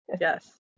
Yes